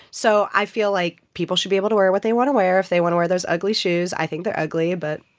so i feel like people should be able to wear what they want to wear. if they want to wear those ugly shoes i think they're ugly, but.